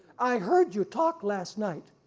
i heard you talk last night,